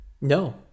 No